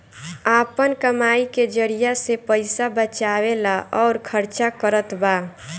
आपन कमाई के जरिआ से पईसा बचावेला अउर खर्चा करतबा